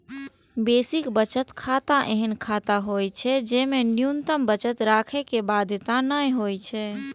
basic बचत खाता एहन खाता होइ छै, जेमे न्यूनतम बचत राखै के बाध्यता नै होइ छै